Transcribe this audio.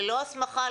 ללא הסמכה,